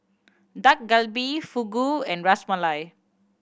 Dak Galbi Fugu and Ras Malai